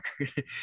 record